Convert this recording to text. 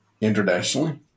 Internationally